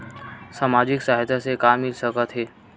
सामाजिक सहायता से का मिल सकत हे?